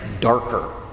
darker